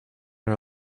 her